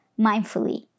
mindfully